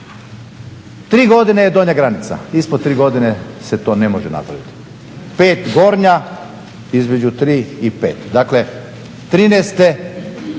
godine je donja granica, ispod tri godine se to ne može napraviti. Pet gornja, između tri i pet. Dakle '13. počinje,